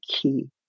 key